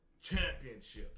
championships